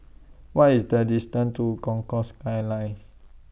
What IS The distance to Concourse Skyline